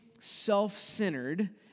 self-centered